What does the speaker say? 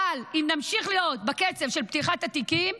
אבל אם נמשיך להיות בקצב של פתיחת התיקים,